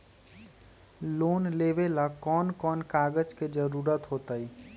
Loan लेवेला कौन कौन कागज के जरूरत होतई?